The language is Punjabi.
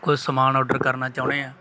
ਕੋਈ ਸਮਾਨ ਆਰਡਰ ਕਰਨਾ ਚਾਹੁੰਦੇ ਹਾਂ